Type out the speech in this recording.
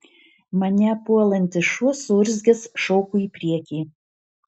mane puolantis šuo suurzgęs šoko į priekį